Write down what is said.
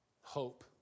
hope